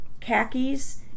khakis